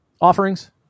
offerings